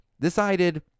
decided